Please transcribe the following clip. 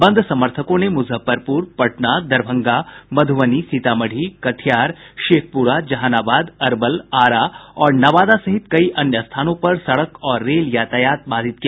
बंद समर्थकों ने मुजफ्फरपुर पटना दरभंगा मधुबनी सीतामढ़ी कटिहार शेखपुरा जहानाबाद अरवल आरा और नवादा सहित कई अन्य स्थानों पर सड़क और रेल यातायात बाधित किया